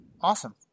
awesome